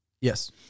Yes